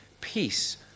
peace